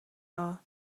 are